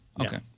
Okay